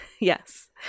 Yes